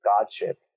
godship